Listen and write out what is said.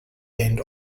end